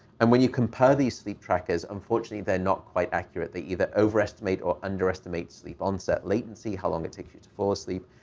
and when you compare these sleep trackers, unfortunately, they're not quite accurate. they either overestimate or underestimate sleep onset latency, how long it takes you to fall asleep.